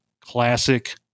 classic